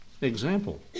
example